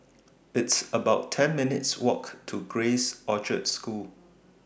It's about ten minutes' Walk to Grace Orchard School